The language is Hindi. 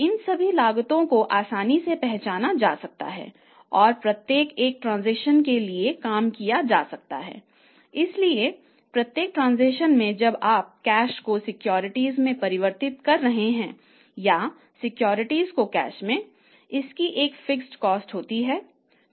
इन सभी लागतों को आसानी से पहचाना जा सकता है और प्रत्येक एक ट्रांसेक्शन के लिए काम किया जा सकता है इसलिए प्रत्येक ट्रांसेक्शन में जब आप कैश को सिक्योरिटी में परिवर्तित कर रहे हैं या सिक्योरिटी को कैश में इसकी एक फिक्स्ड कॉस्ट होती है